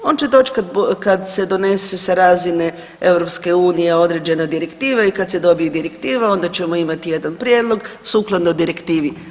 On će doć kad se donese sa razine EU određena direktiva i kad se dobije direktiva, onda ćemo imati jedan prijedlog sukladno direktivi.